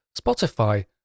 Spotify